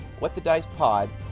WhatTheDicePod